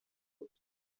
بود